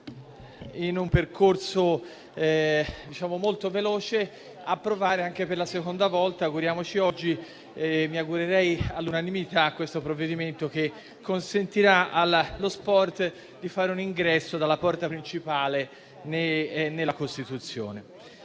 in un percorso molto veloce, approvare per la seconda volta oggi - come ci auguriamoci e spero all'unanimità - un provvedimento che consentirà allo sport di fare ingresso dalla porta principale nella Costituzione.